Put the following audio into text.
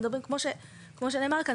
כמו שנאמר כאן,